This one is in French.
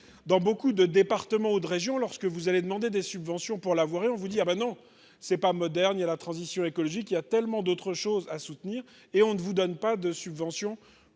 dans beaucoup de départements ou de régions lorsque vous allez demander des subventions pour la voir et on vous dit ah ben non c'est pas moderne, il y a la transition écologique, il y a tellement d'autres choses à soutenir, et on ne vous donne pas de subventions